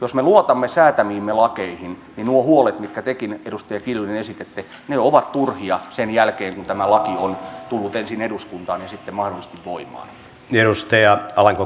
jos me luotamme säätämiimme lakeihin niin nuo huolet mitkä tekin edustaja kiljunen esititte ovat turhia sen jälkeen kun tämä laki on tullut ensin eduskuntaan ja sitten mahdollisesti voimaan